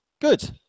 Good